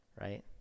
right